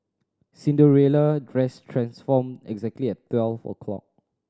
Cinderella dress transformed exactly at twelve o'clock